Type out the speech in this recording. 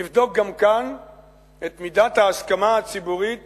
נבדוק גם כאן את מידת ההסכמה הציבורית